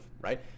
right